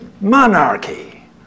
monarchy